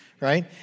right